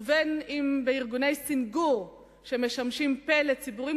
ובין אם בארגוני סנגור שמשמשים פה לציבורים